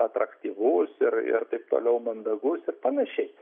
atraktyvus ir ir taip toliau mandagus ir panašiai